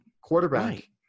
quarterback